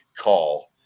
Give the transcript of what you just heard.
call